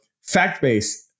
fact-based